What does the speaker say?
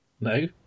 No